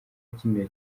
akinira